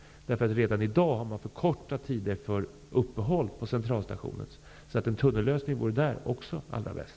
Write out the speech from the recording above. Redan i dag är ju tiderna för uppehåll på Centralstationen för korta. Också där vore alltså en tunnellösning allra bäst.